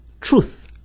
truth